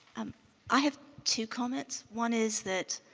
um i have two comments. one is that